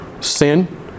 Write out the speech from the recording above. sin